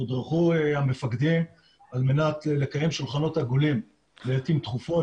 תודרכו המפקדים על מנת לקיים שולחנות עגולים לעיתים תקופות,